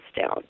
down